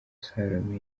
salome